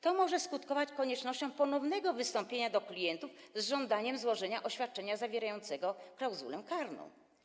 To może skutkować koniecznością ponownego wystąpienia do klientów z żądaniem złożenia oświadczenia zawierającego klauzulę karną.